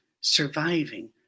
surviving